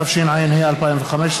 התשע"ה 2015,